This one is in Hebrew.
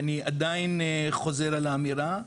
ואני עדיין חוזר על האמירה,